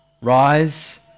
Rise